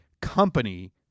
company